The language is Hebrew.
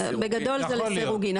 בגדול זה לסירוגין.